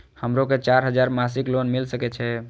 हमरो के चार हजार मासिक लोन मिल सके छे?